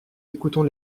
écoutons